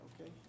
Okay